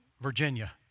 Virginia